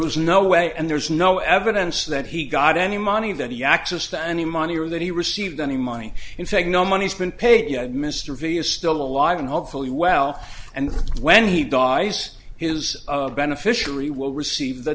was no way and there's no evidence that he got any money that he access to any money or that he received any money in fact no money has been paid yet mr v is still alive and hopefully well and when he dies his of beneficiary will receive the